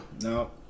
No